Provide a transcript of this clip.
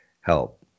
help